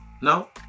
No